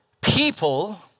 people